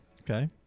okay